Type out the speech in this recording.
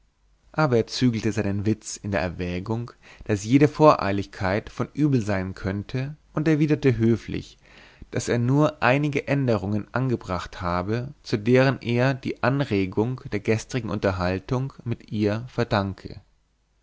aber er zügelte seinen witz in der erwägung daß jede voreiligkeit von übel sein könnte und erwiderte höflich daß er nur einige änderungen angebracht habe zu denen er die anregung der gestrigen unterhaltung mit ihr verdanke